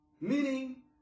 meaning